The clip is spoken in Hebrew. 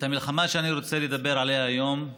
המלחמה שאני רוצה לדבר עליה היום,